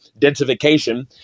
densification